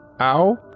Ow